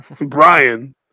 Brian